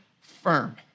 firm